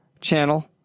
channel